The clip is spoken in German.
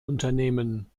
unternehmen